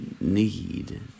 need